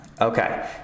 Okay